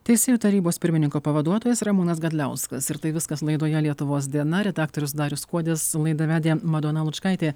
teisėjų tarybos pirmininko pavaduotojas ramūnas gadliauskas ir tai viskas laidoje lietuvos diena redaktorius darius kuodis laidą vedė madona lučkaitė